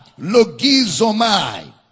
Logizomai